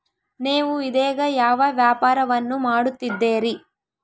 ನೇವು ಇದೇಗ ಯಾವ ವ್ಯಾಪಾರವನ್ನು ಮಾಡುತ್ತಿದ್ದೇರಿ?